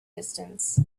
distance